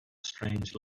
strange